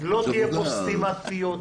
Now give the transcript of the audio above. לא תהיה פה סתימת פיות.